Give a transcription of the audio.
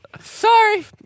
Sorry